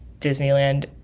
Disneyland